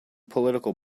political